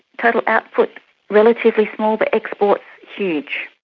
total output relatively small, but exports huge.